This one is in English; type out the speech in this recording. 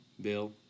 Bill